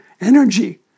energy